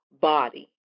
body